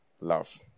Love